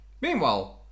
meanwhile